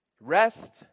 Rest